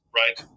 right